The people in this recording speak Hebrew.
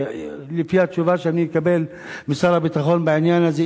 לפי התשובה שאני אקבל משר הביטחון בעניין הזה,